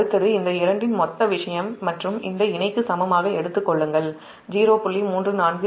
அடுத்தது இந்த இரண்டின் மொத்த விஷயம் மற்றும் இந்த இணைக்கு சமமாக எடுத்துக் கொள்ளுங்கள்0